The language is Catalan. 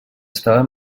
estava